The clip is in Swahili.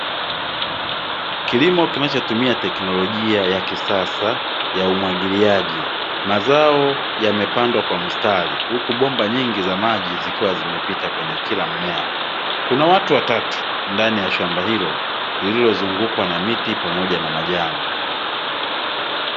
Kilimo kinachotumia teknolojia ya kisasa ya umwagiliaji. Mazao yamepandwa kwa mstari huku bomba nyingi za maji zikiwa zimepita kwenye kila mmea. Kuna watu watatu ndani ya shamba hilo lililozungukwa na miti pamoja na majani.